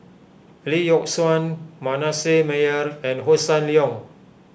Lee Yock Suan Manasseh Meyer and Hossan Leong